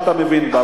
שאתה מבין בה,